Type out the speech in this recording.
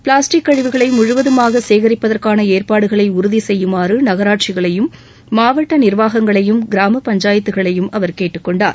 plastic கழிவுகளை முழுவதுமாக சேகரிப்பதற்கான ஏற்பாடுகளை உறுதி செய்யுமாறு நகராட்சிகளையும் மாவட்ட நிர்வாகங்களையும் கிராம பஞ்சாயத்துகளையும் அவர் கேட்டுக்கொண்டார்